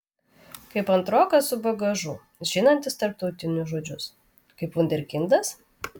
kaip antrokas su bagažu žinantis tarptautinius žodžius kaip vunderkindas